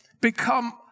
become